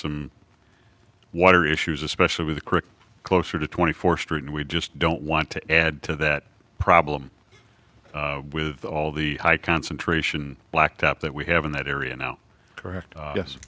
some water issues especially the crick closer to twenty fourth street and we just don't want to add to that problem with all the high concentration blacktop that we have in that area now correct yes